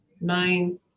nine